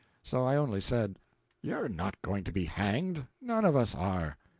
so i only said you're not going to be hanged. none of us are.